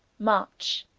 march.